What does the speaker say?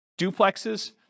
duplexes